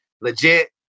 legit